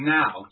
now